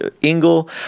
Ingle